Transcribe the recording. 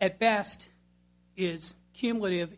at best is cumulative